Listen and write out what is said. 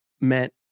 meant